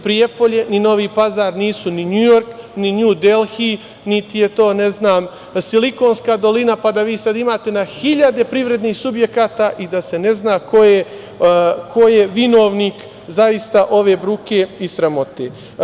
Prijepolje, ni Novi Pazar nisu ni Njujork, ni Nju Delhi, niti je to, ne znam, Silikonska dolina, pa da vi sad imate na hiljade privrednih subjekata i da se ne zna ko je vinovnik zaista ove bruke i sramote.